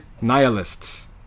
nihilists